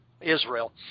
Israel